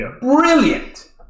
Brilliant